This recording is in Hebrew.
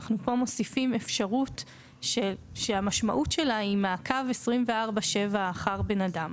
אנחנו פה מוסיפים אפשרות שהמשמעות שלה היא מעקב 24/7 אחר בן אדם.